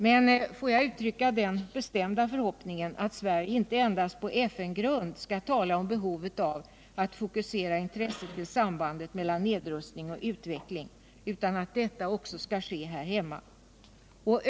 Men får jag uttrycka den bestämda förhoppningen att Sverige inte endast på FN-grund skall tala om behovet av att fokusera intresset till sambandet mellan nedrustning och utveckling, utan att detta också skall ske här hemma.